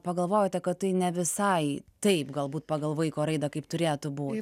pagalvojote kad tai ne visai taip galbūt pagal vaiko raidą kaip turėtų būti